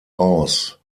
aus